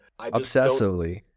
obsessively